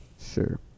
Sure